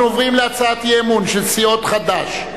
אנחנו עוברים להצעת אי-אמון של סיעות חד"ש,